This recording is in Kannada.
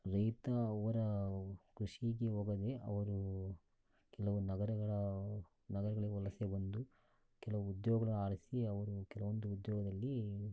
ರೈತ ಅವರ ಕೃಷಿ ಜೀವ ಬಗ್ಗೆ ಅವರು ಕೆಲವು ನಗರಗಳ ನಗರಗಳಿಗೆ ವಲಸೆ ಬಂದು ಕೆಲವು ಉದ್ಯೋಗಗಳು ಆರಿಸಿ ಅವರು ಕೆಲವೊಂದು ಉದ್ಯೋಗದಲ್ಲಿ